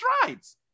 strides